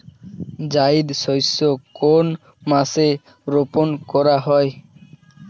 জায়িদ শস্য কোন মাসে রোপণ করা হয়?